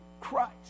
Christ